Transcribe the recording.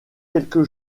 quelque